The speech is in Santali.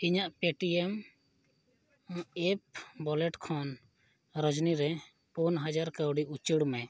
ᱤᱧᱟᱹᱜ ᱯᱮᱴᱤᱮᱢ ᱮᱯ ᱚᱣᱟᱞᱮᱴ ᱠᱷᱚᱱ ᱨᱚᱡᱽᱱᱤᱨᱮ ᱯᱩᱱ ᱦᱟᱡᱟᱨ ᱠᱟᱣᱰᱤ ᱩᱪᱟᱹᱲ ᱢᱮ